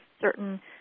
certain